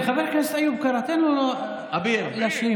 הוא יודע פה, הוא נמצא לידי.